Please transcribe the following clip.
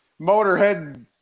Motorhead